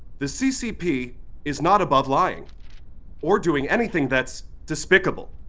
the ccp is not above lying or doing anything that's despicable.